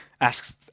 asks